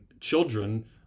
children